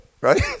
Right